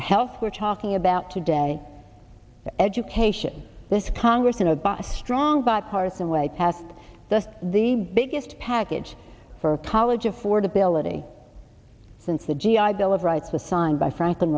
health we're talking about today education this congress in a bus strong bipartisan way passed the the biggest package for apology affordability since the g i bill of rights was signed by franklin